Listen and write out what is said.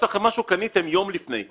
יש לכם משהו שקניתם יום לפני ,